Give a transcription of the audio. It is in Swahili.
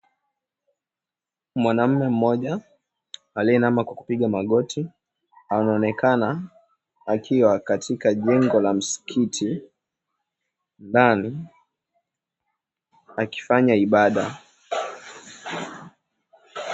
Mwanaume mmoja aliyeinama kwa kupiga magoti anaonekana akiwa katika jengo la mskiti ndani akifanya ibada.